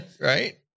Right